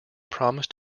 promised